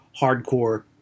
Hardcore